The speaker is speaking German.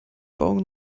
bauen